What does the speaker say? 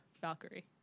Valkyrie